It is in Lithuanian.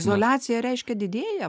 izoliacija reiškia didėja